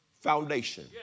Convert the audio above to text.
Foundation